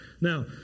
Now